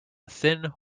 thin